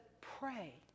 pray